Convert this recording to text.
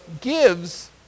gives